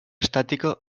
estàtica